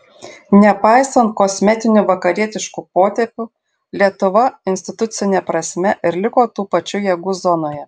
nepaisant kosmetinių vakarietiškų potėpių lietuva institucine prasme ir liko tų pačių jėgų zonoje